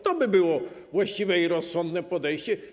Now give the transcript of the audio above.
To by było właściwe i rozsądne podejście.